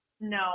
No